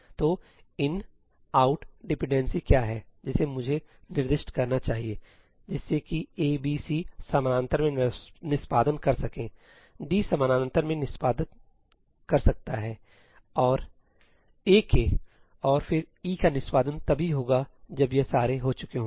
तो 'in' 'out' dependency क्या है जिसे मुझे निर्दिष्ट करना चाहिए जिससे कि A B C समानांतर में निष्पादन कर सके D समानांतर में निष्पादन कर सकता है A के और फिर E का निष्पादन तभी होगा जब यह सारे हो चुके होंगे